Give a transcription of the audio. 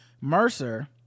mercer